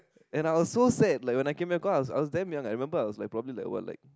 and I was so sad like when I came back cause I was damn young I remember I was like probably like